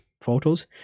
photos